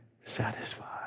satisfied